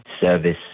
service